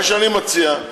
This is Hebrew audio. מה שאני מציע,